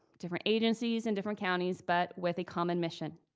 different agencies and different counties, but with a common mission.